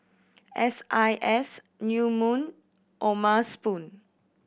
S I S New Moon O'ma Spoon